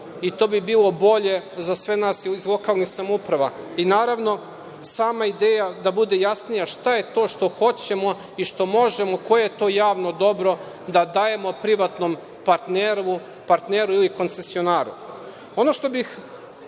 i to bi bilo bolje za sve nas iz lokalnih samouprava. I naravno, da sama ideja bude jasnija, šta je to što hoćemo i što možemo, koje je to javno dobro da dajemo privatnom partneru ili koncesionaru. Nova Srbija